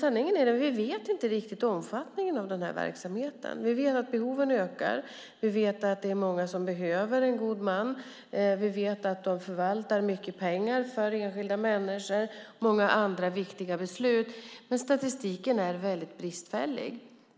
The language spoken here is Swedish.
Sanningen är dock att vi inte riktigt vet omfattningen av verksamheten. Vi vet att behoven ökar. Vi vet att många behöver en god man. Vi vet att de förvaltar mycket pengar för enskilda människor och fattar många viktiga beslut. Men statistiken är mycket bristfällig.